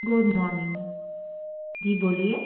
good morning जी बोलिए